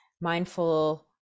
mindful